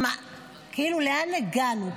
כאילו, לאן הגענו?